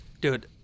dude